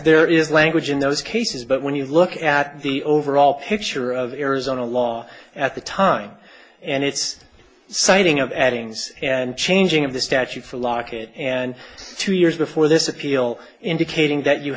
is language in those cases but when you look at the overall picture of arizona law at the time and its citing of adding and changing of the statute for lockett and two years before this appeal indicating that you